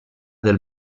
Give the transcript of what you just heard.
del